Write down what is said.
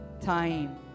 time